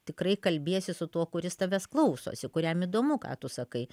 tikrai kalbiesi su tuo kuris tavęs klausosi kuriam įdomu ką tu sakai